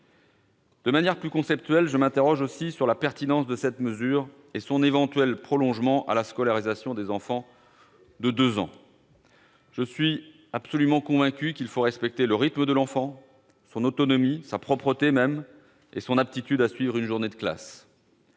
De manière plus conceptuelle, je m'interroge aussi sur la pertinence de cette mesure et sur son éventuel prolongement à la scolarisation des enfants de deux ans. Je suis absolument convaincu qu'il faut respecter le rythme de l'enfant, son autonomie, sa propreté, son aptitude à suivre une journée de classe.